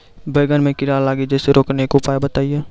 बैंगन मे कीड़ा लागि जैसे रोकने के उपाय बताइए?